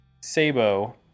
Sabo